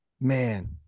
man